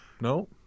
No